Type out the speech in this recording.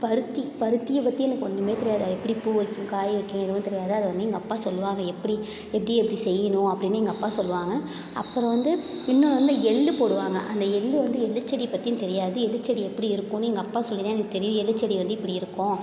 பருத்தி பருத்தியைப் பற்றி எனக்கு ஒன்றுமே தெரியாது அது எப்படி பூ வைக்கும் காய் வைக்கும் எதுவும் தெரியாது அதை வந்து எங்கள் அப்பா சொல்வாங்க எப்படி எப்படி எப்படி செய்யணும் அப்படின்னு எங்கள் அப்பா சொல்வாங்க அப்பறம் வந்து இன்னொன்று வந்து எள் போடுவாங்க அந்த எள் வந்து எள்ளுச் செடி பற்றியும் தெரியாது எள்ளுச் செடி எப்படி இருக்கும்ன்னு எங்கள் அப்பா சொல்லி தான் எனக்குத் தெரியும் எள்ளுச் செடி வந்து இப்படி இருக்கும்